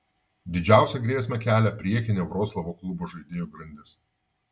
didžiausią grėsmę kelia priekinė vroclavo klubo žaidėjų grandis